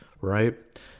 right